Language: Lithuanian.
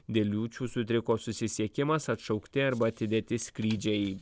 dėl liūčių sutriko susisiekimas atšaukti arba atidėti skrydžiai